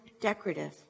decorative